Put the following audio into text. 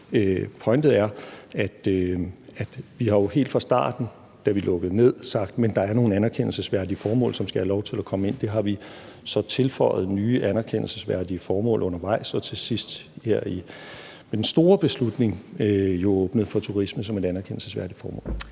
pointen er, at vi jo helt fra starten, da vi lukkede ned, har sagt, at der er nogle anerkendelsesværdige formål, der gør, at man skal have lov til at komme ind. Der har vi så tilføjet nye anerkendelsesværdige formål undervejs og til sidst med den store beslutning jo åbnet for turisme som et anerkendelsesværdigt formål.